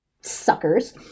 suckers